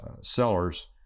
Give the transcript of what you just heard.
sellers